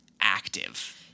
active